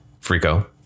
Frico